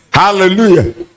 hallelujah